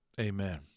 Amen